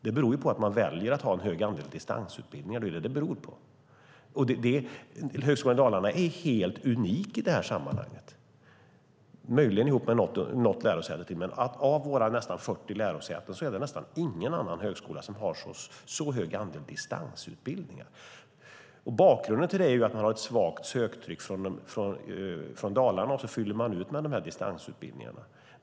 Det beror på att man väljer att ha en hög andel distansutbildningar. Högskolan Dalarna är unik i detta sammanhang, möjligen ihop med något lärosäte till. Av våra nästan 40 lärosäten är det nästan ingen annan högskola som har så hög andel distansutbildningar. Bakgrunden till detta är att man har ett svagt söktryck från Dalarna och sedan fyller ut det hela med distansutbildningar.